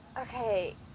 okay